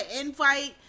invite